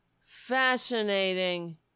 fascinating